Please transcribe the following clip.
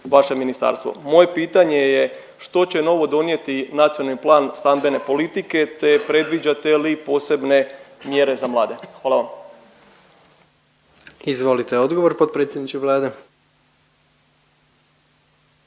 vaše ministarstvo. Moje pitanje je što će novo donijeti Nacionalni plan stambene politike te predviđate li posebne mjere za mlade? Hvala vam. **Jandroković, Gordan